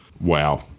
wow